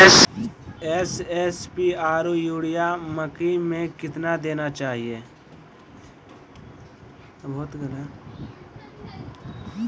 SSP आरु urea मकई मे कितना देना चाहिए?